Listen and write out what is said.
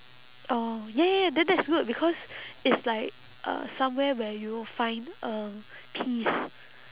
oh ya ya ya that that's good because it's like uh somewhere where you will find um peace